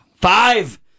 Five